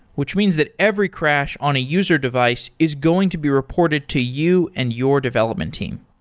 which means that every crash on a user device is going to be reported to you and your development team.